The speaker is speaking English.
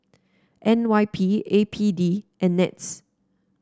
N Y P A P D and NETS